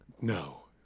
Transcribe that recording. No